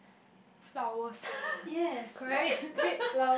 flowers correct